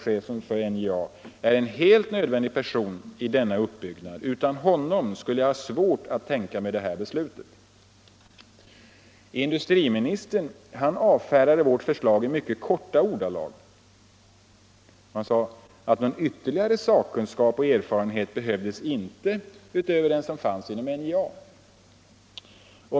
Han är en helt nödvändig person i denna uppbyggnad —- utan honom skulle jag ha svårt att tänka mig det här beslutet.” Industriministern avfärdade vårt förslag i mycket korta ordalag. Han sade att någon ytterligare sakkunskap och erfarenhet inte behövdes utöver den som fanns inom NJA.